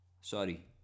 sorry